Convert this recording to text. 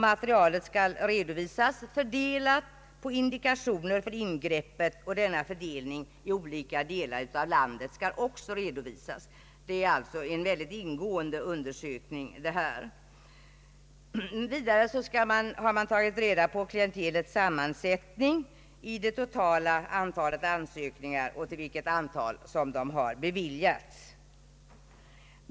Materialet skall redovisas fördelat på indikationer för ingreppen, och denna fördelning i olika delar av landet skall redovisas. Det är alltså en mycket ingående undersökning. Vidare har man tagit reda på klientelets sammansättning i det totala antalet ansökningar och till vilket antal dessa har beviljats.